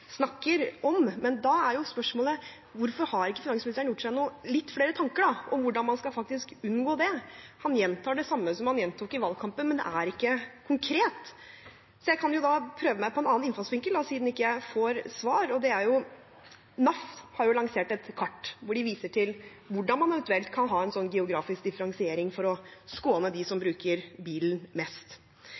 snakker om. Men da er spørsmålet: Hvorfor har ikke finansministeren gjort seg litt flere tanker om hvordan man faktisk skal unngå det? Han gjentar det samme som han gjentok i valgkampen, men det er ikke konkret. Så da kan jeg jo prøve meg på en annen innfallsvinkel, siden jeg ikke får svar. NAF har lansert et kart hvor de viser til hvordan man eventuelt kan ha en slik geografisk differensiering for å skåne dem som bruker bilen mest.